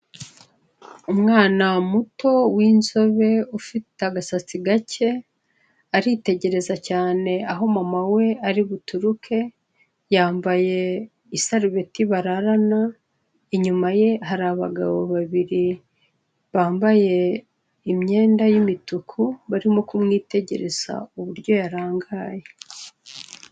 Umwana muto w'inzobe ufite agasatsi gacye, aritegereza cyane aho mama we ari buturuke, yamabye isarubeti bararana. Inyuma ye hari abagabo babiri bambaye imyenda y'umutuku, barimo kumwitegereza uburyo yarangaye.